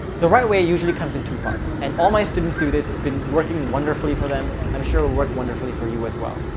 the right way, it usually comes in two parts and all my students do this has been working wonderfully for them. i'm sure would work wonderfully for you as well.